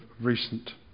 recent